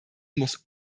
muss